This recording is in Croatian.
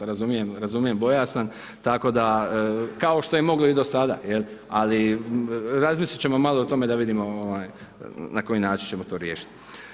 Razumijem bojazan, tako da, kao što je moglo i do sada, ali razmisliti ćemo malo o tome, da vidimo na koji način ćemo to riješiti.